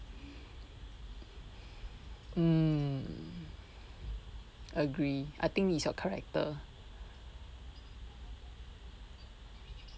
mm agree I think it's your character